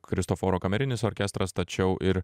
kristoforo kamerinis orkestras tačiau ir